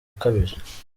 ukabije